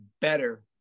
better